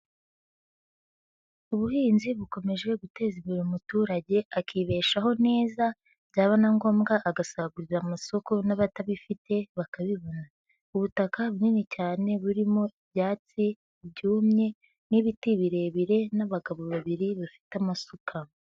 Ubuhinzi bukomeje guteza imbere umuturage, akibeshaho neza, byaba na ngombwa agasagurira amasoko n'abatabifite bakabibona. Ubutaka bunini cyane burimo ibyatsi byumye n'ibiti birebire n'abagabo babiri bafite amasuka.